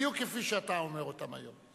בדיוק כפי שאתה אומר אותם היום.